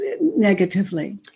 negatively